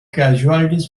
casualties